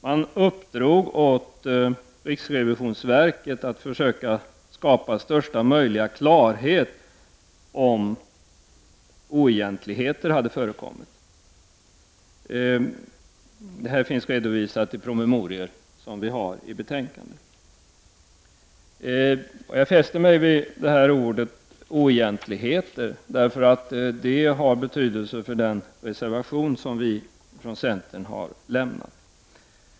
Man uppdrog åt riksrevisionsverket att försöka skapa största möjliga klarhet om huruvida oegentligheter hade förekommit; detta finns redovisat i promemorior i betänkandet. Jag fäste mig vid ordet ”oegentligheter” — det har betydelse för den reservation som vi från centern har avgivit.